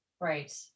Right